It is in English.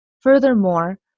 Furthermore